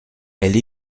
elle